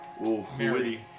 Mary